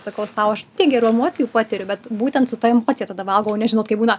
sakau sau aš tiek gerų emocijų patiriu bet būtent su ta emocija tada valgau nes žinot kaip būna